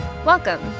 Welcome